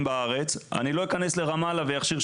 באגף